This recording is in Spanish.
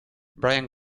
bryan